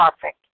perfect